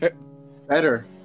Better